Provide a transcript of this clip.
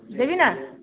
ଦେବି ନା